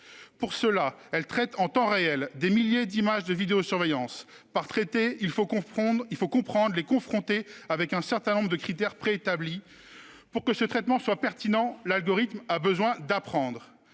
Pour cela, elle traite en temps réel des milliers d'images de vidéosurveillance. Par « traiter », il faut comprendre qu'elle les confronte avec un certain nombre de critères préétablis. Afin que ce traitement soit pertinent, l'algorithme a besoin d'apprendre.